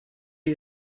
you